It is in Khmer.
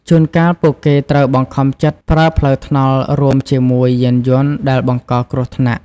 ជួនកាលពួកគេត្រូវបង្ខំចិត្តប្រើផ្លូវថ្នល់រួមជាមួយយានយន្តដែលបង្កគ្រោះថ្នាក់។